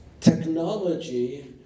technology